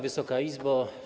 Wysoka Izbo!